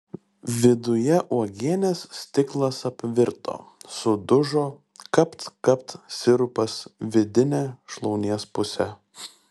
viduje uogienės stiklas apvirto sudužo kapt kapt sirupas vidine šlaunies puse